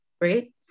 right